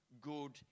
good